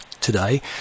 today